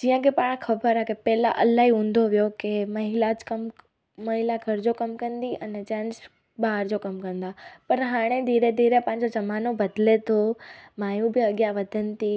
जीअं की पाणि ख़बर आहे की पहेला इलाही हूंदो हुओ की महिला ज कमु महिला घर जो कमु कंदी अने जेंट्स ॿाहिरि जो कमु कंदा पर हाणे धीरे धीरे पंहिंजो ज़मानो बदिले थो मायूं बि अॻियां वधनि थी